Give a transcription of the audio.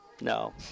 No